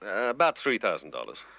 ah about three thousand dollars.